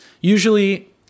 Usually